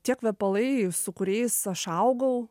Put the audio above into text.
tie kvepalai su kuriais aš augau